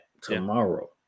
tomorrow